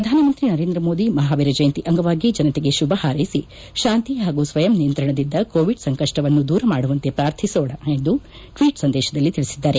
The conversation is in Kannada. ಪ್ರಧಾನ ಮಂತ್ರಿ ನರೇಂದ್ರ ಮೋದಿ ಮಹಾವೀರ ಜಯಂತಿ ಅಂಗವಾಗಿ ಜನತೆಗೆ ಶುಭ ಹಾರ್ಲೆಸಿ ಶಾಂತಿ ಹಾಗೂ ಸ್ವಯಂ ನಿಯಂತ್ರಣದಿಂದ ಕೋವಿಡ್ ಸಂಕಷ್ಷವನ್ನು ದೂರ ಮಾಡುವಂತೆ ಪ್ರಾರ್ಥಿಸೋಣ ಎಂದು ಟ್ವೀಟ್ ಸಂದೇಶದಲ್ಲಿ ತಿಳಿಸಿದ್ದಾರೆ